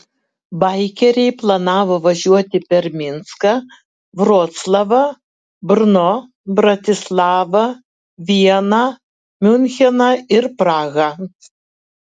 baikeriai planavo važiuoti per minską vroclavą brno bratislavą vieną miuncheną ir prahą